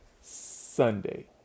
Sunday